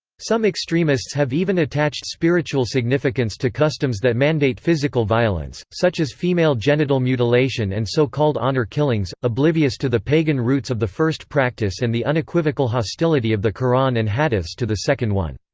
some extremists have even attached spiritual significance to customs that mandate physical violence, such as female genital mutilation and so-called honor killings, oblivious to the pagan roots of the first practice and the unequivocal hostility of the qur'an and hadiths to the second one.